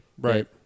Right